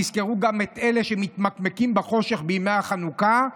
תזכרו גם את אלה שמתמקמקים בחושך בימי החנוכה,